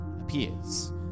appears